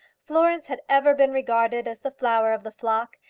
florence had ever been regarded as the flower of the flock,